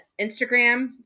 Instagram